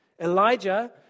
Elijah